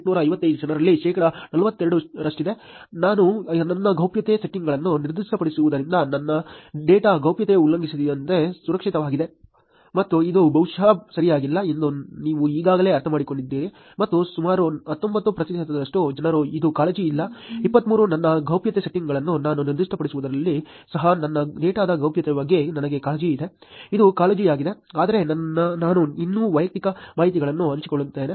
ಇದು 6855 ಜನರಲ್ಲಿ ಶೇಕಡಾ 42 ರಷ್ಟಿದೆ ನಾನು ನನ್ನ ಗೌಪ್ಯತೆ ಸೆಟ್ಟಿಂಗ್ಗಳನ್ನು ನಿರ್ದಿಷ್ಟಪಡಿಸಿರುವುದರಿಂದ ನನ್ನ ಡೇಟಾ ಗೌಪ್ಯತೆ ಉಲ್ಲಂಘನೆಯಿಂದ ಸುರಕ್ಷಿತವಾಗಿದೆ ಮತ್ತು ಇದು ಬಹುಶಃ ಸರಿಯಾಗಿಲ್ಲ ಎಂದು ನೀವು ಈಗಾಗಲೇ ಅರ್ಥಮಾಡಿಕೊಂಡಿದ್ದೀರಿ ಮತ್ತು ಸುಮಾರು 19 ಪ್ರತಿಶತದಷ್ಟು ಜನರು ಇದು ಕಾಳಜಿಯಿಲ್ಲ 23 ನನ್ನ ಗೌಪ್ಯತೆ ಸೆಟ್ಟಿಂಗ್ಗಳನ್ನು ನಾನು ನಿರ್ದಿಷ್ಟಪಡಿಸಿದ್ದರೂ ಸಹ ನನ್ನ ಡೇಟಾದ ಗೌಪ್ಯತೆಯ ಬಗ್ಗೆ ನನಗೆ ಕಾಳಜಿ ಇದೆ ಇದು ಕಾಳಜಿಯಾಗಿದೆ ಆದರೆ ನಾನು ಇನ್ನೂ ವೈಯಕ್ತಿಕ ಮಾಹಿತಿಯನ್ನು ಹಂಚಿಕೊಳ್ಳುತ್ತೇನೆ